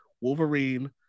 wolverine